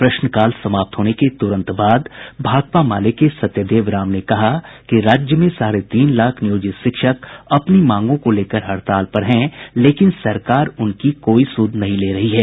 प्रश्नकाल समाप्त होने के तुरंत बाद भाकपा माले के सत्यदेव राम ने कहा कि राज्य में साढ़े तीन लाख नियोजित शिक्षक अपनी मांगों को लेकर हड़ताल पर हैं लेकिन सरकार उनकी कोई सुध नहीं ले रही है